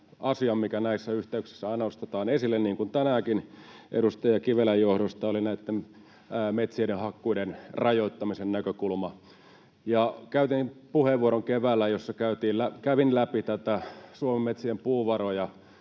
asian, mikä näissä yhteyksissä aina nostetaan esille, niin kuin tänäänkin edustaja Kivelän johdosta: se oli näitten metsien hakkuiden rajoittamisen näkökulma. Käytin keväällä puheenvuoron, jossa kävin läpi Suomen metsien puuvaroja,